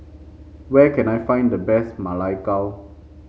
where can I find the best Ma Lai Gao